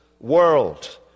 world